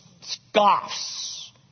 scoffs